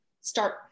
start